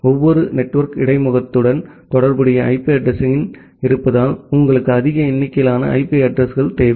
ஒவ்வொரு நெட்வொர்க் இடைமுகத்துடன் தொடர்புடைய ஐபி அட்ரஸிங்கள் இருப்பதால் உங்களுக்கு அதிக எண்ணிக்கையிலான ஐபி அட்ரஸிங்கள் தேவை